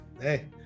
hey